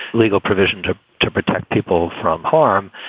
legal provision to to protect people from harm.